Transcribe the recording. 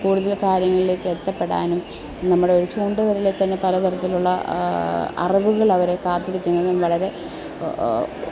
കൂടുതൽ കാര്യങ്ങളിലേക്ക് എത്തിപ്പെടാനും നമ്മുടെ ഒഴിച്ചുകൊണ്ട് തന്നെ പലതരത്തിലുള്ള അറിവുകൾ അവരെ കാത്തിരിക്കുന്നു എന്നും വളരെ